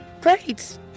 Great